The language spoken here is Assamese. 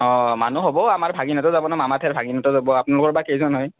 অঁ মানুহ হ'ব আমাৰ ভাগিন এটা যাব মামাথেৰ ভাগিন এটাও যাব আপ্নালোকৰ বা কেইজন হয়